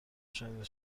شنیده